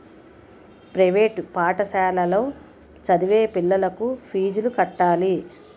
private పాఠశాలలో చదివే పిల్లలకు ఫీజులు కట్టాలి